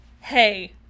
hey